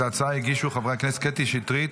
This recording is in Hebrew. את ההצעה הגישו חברי הכנסת קטי שטרית,